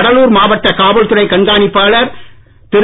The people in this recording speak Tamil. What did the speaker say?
கடலூர் மாவட்ட காவல் துறை கண்காணிப்பாளர் திரு